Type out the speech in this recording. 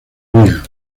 hungría